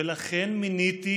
ולכן מיניתי,